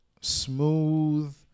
smooth